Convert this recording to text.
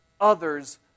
others